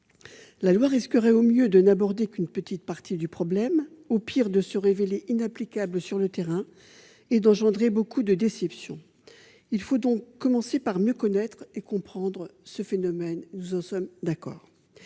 Une loi risquerait, au mieux, de n'aborder qu'une petite partie du problème et, au pire, de se révéler inapplicable sur le terrain et de susciter beaucoup de déception. Il faut donc commencer par mieux connaître et comprendre ce phénomène ; nous en sommes d'accord.